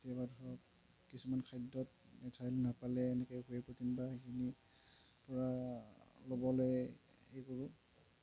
কেতিয়াবা ধৰক কিছুমান খাদ্যত নাপালে এনেকৈ ৱে প্ৰ'টিন বা এইখিনিৰ পৰা ল'বলৈ হেৰি কৰোঁ